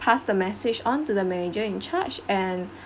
pass the message onto the manager in charge and